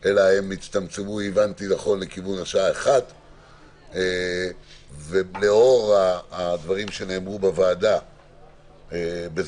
אלא הם הצטמצמו לכיוון השעה 13:00. לאור הדברים שנאמרו בוועדה בזמנו,